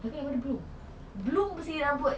tapi nama dia bloom bloom masih rambut